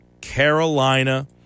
Carolina